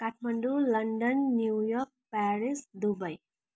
Kathmandu London New York Paris Dubai